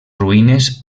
ruïnes